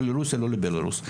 לא לרוסיה ולא לבלרוס.